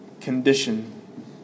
condition